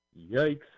Yikes